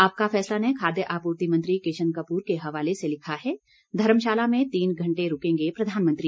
आपका फैसला ने खाद्य आपूर्ति मंत्री किशन कपूर के हवाले से लिखा है धर्मशाला में तीन घंटे रूकेंगे प्रधानमंत्री